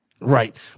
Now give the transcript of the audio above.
Right